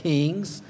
Kings